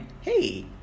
Hey